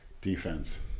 Defense